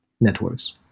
networks